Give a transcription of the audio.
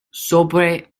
sobre